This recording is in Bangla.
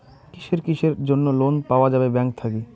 কিসের কিসের জন্যে লোন পাওয়া যাবে ব্যাংক থাকি?